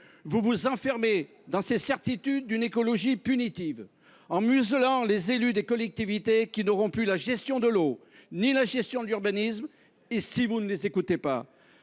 Vous vous enfermez dans ces certitudes d’une écologie punitive, muselant les élus des collectivités, qui n’auront plus la gestion de l’eau ni de l’urbanisme. En ne les écoutant pas,